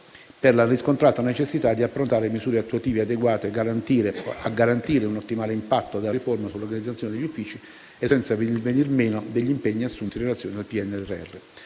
per la riscontrata necessità di approntare misure attuative adeguate a garantire un ottimale impatto della riforma sull'organizzazione degli uffici, senza venir meno agli impegni assunti in relazione al PNRR.